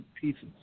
pieces